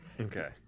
okay